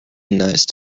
nice